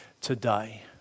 today